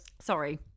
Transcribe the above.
Sorry